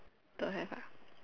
don't have ah